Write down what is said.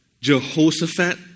Jehoshaphat